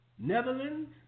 Netherlands